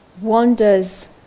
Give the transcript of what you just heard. wanders